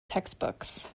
textbooks